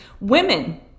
women